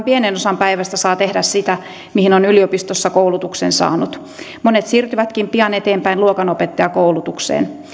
pienen osan päivästä saa tehdä sitä mihin on yliopistossa koulutuksen saanut monet siirtyvätkin pian eteenpäin luokanopettajakoulutukseen